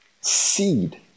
Seed